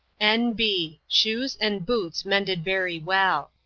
n. b. shuse and boots mended very well.